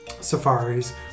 safaris